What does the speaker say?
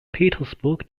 petersburg